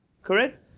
Correct